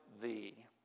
thee